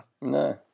no